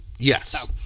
Yes